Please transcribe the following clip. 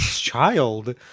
child